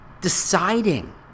Deciding